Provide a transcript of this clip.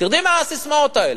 תרדי מהססמאות האלה.